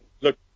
Look